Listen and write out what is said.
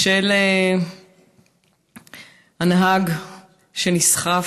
והנהג שנסחף.